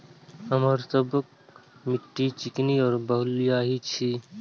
हमर सबक मिट्टी चिकनी और बलुयाही छी?